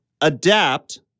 adapt